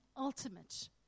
ultimate